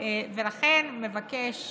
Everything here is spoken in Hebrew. לכן מבקש